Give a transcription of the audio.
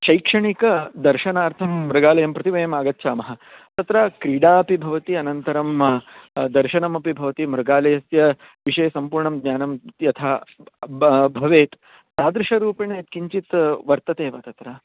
शैक्षणिकदर्शनार्थं मृगालयं प्रति वयम् आगच्छामः तत्र क्रीडा अपि भवति अनन्तरं दर्शनमपि भवति मृगालयस्य विषये सम्पूर्णं ज्ञानं यथा ब भवेत् तादृशं रूपेण किञ्चित् वर्तते वा तत्र